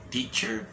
Teacher